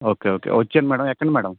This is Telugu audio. ఓకే ఓకే వచ్చేయండి మ్యాడం ఎక్కండి మ్యాడమ్